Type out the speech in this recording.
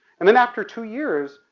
and then after two years,